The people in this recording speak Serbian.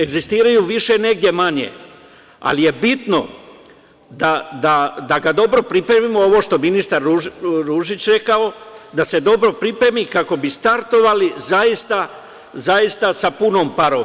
Egzistiraju negde više, negde manje, ali je bitno da ga dobro pripremimo, ovo što ministar Ružić rekao, da se dobro pripremi kako bi startovali zaista sa punom parom.